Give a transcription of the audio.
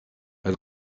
elle